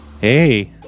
Hey